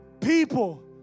people